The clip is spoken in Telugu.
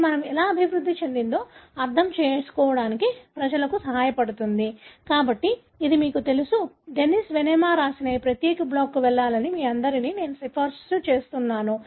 అది మనం ఎలా అభివృద్ధి చెందిందో అర్థం చేసుకోవడానికి ప్రజలకు సహాయపడుతుంది కాబట్టి ఇది మీకు తెలుసు డెన్నిస్ వెనెమా రాసిన ఈ ప్రత్యేక బ్లాగ్కు వెళ్లాలని మీ అందరినీ నేను సిఫార్సు చేస్తున్నాను